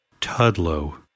Tudlow